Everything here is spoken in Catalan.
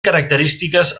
característiques